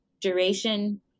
duration